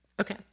Okay